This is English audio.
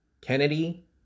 Kennedy